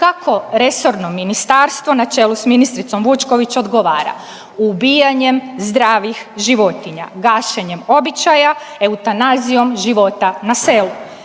kako resorno ministarstvo na čelu s ministricom Vučković odgovara. Ubijanjem zdravih životinja, gašenjem običaja, eutanazijom života na selu.